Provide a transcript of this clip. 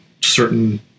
certain